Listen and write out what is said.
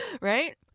right